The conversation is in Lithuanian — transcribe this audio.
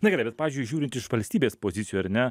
na gerai bet pavyzdžiui žiūrint iš valstybės pozicijų ar ne